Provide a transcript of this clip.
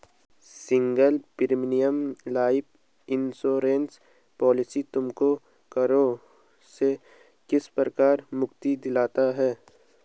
Single premium life insurance policy तुमको करों से किस प्रकार मुक्ति दिलाता है?